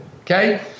okay